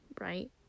right